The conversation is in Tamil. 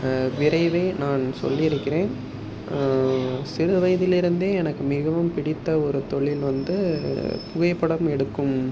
விரைவே நான் சொல்லியிருக்கிறேன் சிறு வயதிலிருந்தே எனக்கு மிகவும் பிடித்த ஒரு தொழில் வந்து புகைப்படம் எடுக்கும்